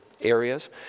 areas